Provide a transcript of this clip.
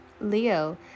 leo